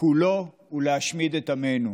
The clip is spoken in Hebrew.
כולו ולהשמיד את עמנו.